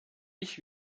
ich